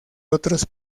otros